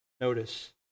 Notice